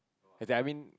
as in I mean